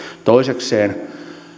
toisekseen